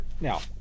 Now